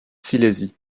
silésie